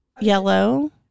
Yellow